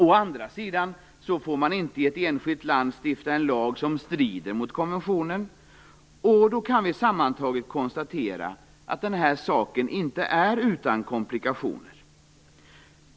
Å andra sidan får man inte i ett enskilt land stifta en lag som strider mot konventionen. Vi kan då sammantaget konstatera att denna sak inte är utan komplikationer.